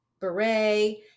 beret